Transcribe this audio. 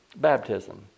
baptism